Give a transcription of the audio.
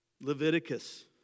Leviticus